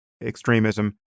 extremism